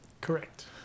Correct